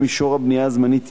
במישור הבנייה הזמנית,